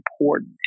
important